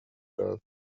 داد